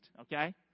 okay